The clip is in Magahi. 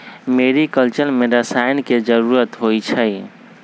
मेरिकलचर में रसायन के जरूरत होई छई